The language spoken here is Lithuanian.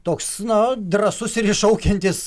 toks na drąsus ir iššaukiantis